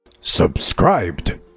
Subscribed